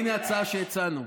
הינה הצעה שהצענו,